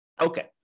Okay